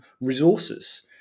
resources